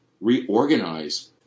reorganize